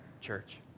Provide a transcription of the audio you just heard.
church